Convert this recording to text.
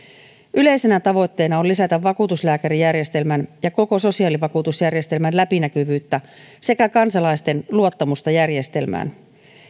yleisenä tavoitteena on lisätä vakuutuslääkärijärjestelmän ja koko sosiaalivakuutusjärjestelmän läpinäkyvyyttä sekä kansalaisten luottamusta järjestelmään